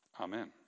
Amen